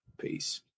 peace